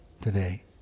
today